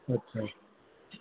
अच्छा